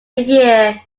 year